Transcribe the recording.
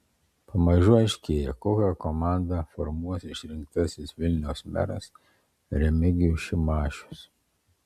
pamažu aiškėja kokią komandą formuos išrinktasis vilniaus meras remigijus šimašius